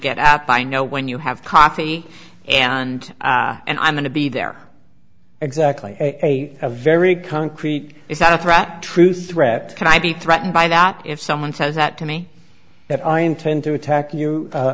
get up i know when you have coffee and and i'm going to be there exactly a a very concrete is that's right true threat can i be threatened by that if someone says that to me that i intend to attack you a